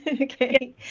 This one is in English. okay